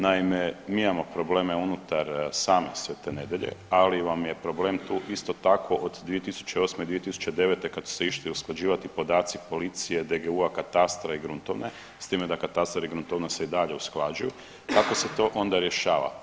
Naime, mi imamo probleme unutar same Svete Nedjelje, ali vam je problem tu isto tako od 2008., 2009. kad su se išli usklađivati podaci policije DGU-a, katastra i gruntovne s time da katastar i gruntovna se i dalje usklađuju, kako se to onda rješava.